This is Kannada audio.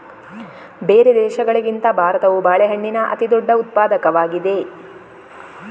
ಬೇರೆ ದೇಶಗಳಿಗಿಂತ ಭಾರತವು ಬಾಳೆಹಣ್ಣಿನ ಅತಿದೊಡ್ಡ ಉತ್ಪಾದಕವಾಗಿದೆ